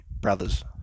brothers